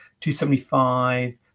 275